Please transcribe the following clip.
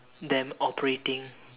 them operating